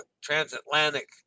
transatlantic